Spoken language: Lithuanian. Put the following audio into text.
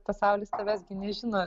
pasaulis tavęs gi nežino